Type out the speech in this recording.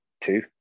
two